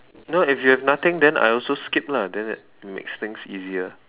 no if you have nothing then I also skip lah then that makes things easier